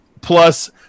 plus